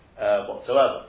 whatsoever